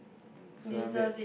so after that